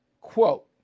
quote